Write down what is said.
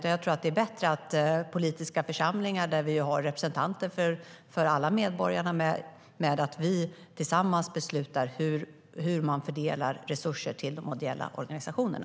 Jag tror att det är bättre att politiska församlingar, där vi har representanter för alla medborgare, tillsammans beslutar hur man fördelar resurser till de ideella organisationerna.